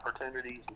opportunities